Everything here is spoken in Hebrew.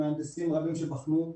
מהנדסים רבים שבחנו,